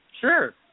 Sure